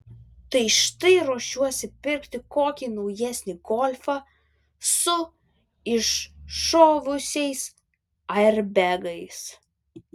tai štai ruošiuosi pirkti kokį naujesnį golfą su iššovusiais airbegais